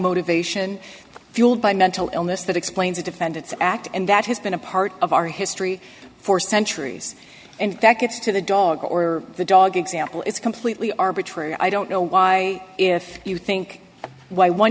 motivation fueled by mental illness that explains defendants act and that has been a part of our history for centuries and that gets to the dog or the dog example it's completely arbitrary i don't know why if you think why one